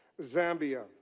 zambia.